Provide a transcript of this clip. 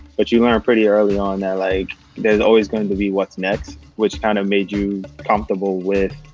but you learn pretty early on that like there's always going to be what's next, which kind of made you comfortable with